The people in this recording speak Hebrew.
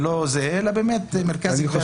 אלא במרכז לגביית קנסות.